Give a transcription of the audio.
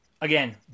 Again